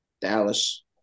Dallas